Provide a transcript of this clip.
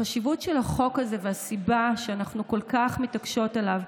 החשיבות של החוק הזה והסיבה שאנחנו כל כך מתעקשות עליו,